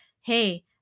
hey